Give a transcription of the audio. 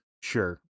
Sure